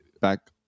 back